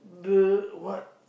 the what